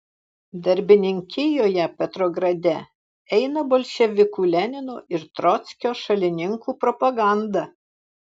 darbininkijoje petrograde eina bolševikų lenino ir trockio šalininkų propaganda